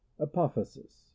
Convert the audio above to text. apophysis